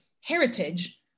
heritage